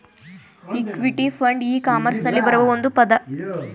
equity fund e ಕಾಮರ್ಸ್ನಲ್ಲಿ ಬರುವ ಒಂದು ಪದ